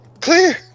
Clear